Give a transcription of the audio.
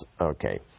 Okay